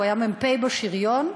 הוא היה מ"פ בשריון,